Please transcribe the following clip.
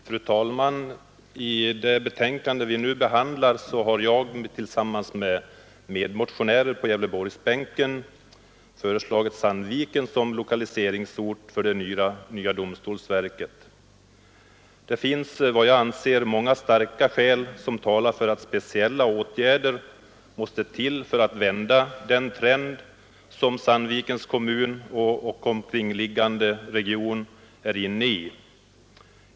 Fru talman! I detta betänkande behandlas en motion som jag och några medmotionärer på Gävleborgsbänken har väckt, i vilken vi föreslår Sandviken som lokaliseringsort för det nya domstolsverket. Många starka skäl talar för att speciella åtgärder vidtas för att vända den trend som Sandvikens kommun och den omkringliggande regionen är inne i.